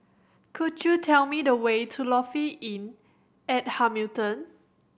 could you tell me the way to Lofi Inn at Hamilton